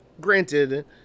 granted